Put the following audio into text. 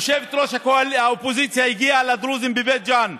יושבת-ראש האופוזיציה הגיעה לדרוזים בבית ג'ן,